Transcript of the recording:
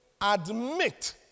admit